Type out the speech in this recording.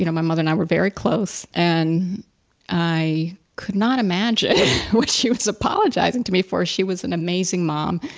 you know my mother and i were very close. and i could not imagine what she was apologizing to me for. she was an amazing mom.